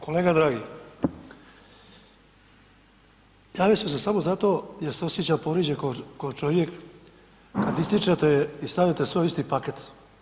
Kolega dragi, javio sam se samo zato jer se osjećam povrijeđen kao čovjek kada ističete i stavljate sve u isti paket.